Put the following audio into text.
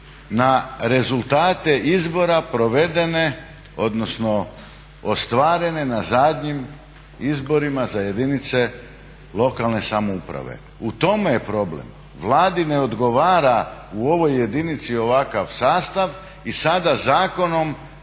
na rezultate izbora provedene, odnosno ostvarene na zadnjim izborima za jedinice lokalne samouprave. U tome je problem. Vladi ne odgovara u ovoj jedinici ovakav sastav i sada zakonom